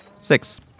Six